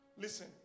Listen